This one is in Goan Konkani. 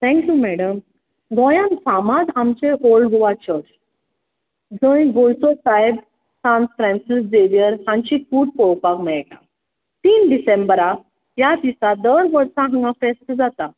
थँक्यू मॅडम गोंयान फामाद आमचे ओल्ड गोवा चर्च जंय गोंयचो सायब सान फ्रांसिस जेवियर हांची कूड पळोवपाक मेळटा तीन डिसेंबराक त्या दिसा दर वर्सा हांगा फेस्त जाता